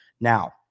Now